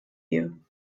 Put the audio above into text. you